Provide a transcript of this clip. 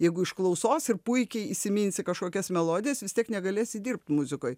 jeigu iš klausos ir puikiai įsiminsi kažkokias melodijas vis tiek negalėsi dirbt muzikoj